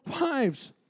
wives